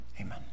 Amen